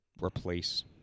replace